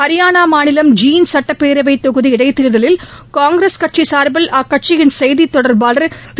ஹரியானா மாநிலம் இந்த் சட்டப்பேரவைத் தொகுதி இடைத்தேர்தலில் காங்கிரஸ் கட்சி சார்பில் அக்கட்சியின் செய்தித் தொடர்பாளர் திரு